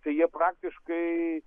tai jie praktiškai